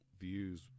views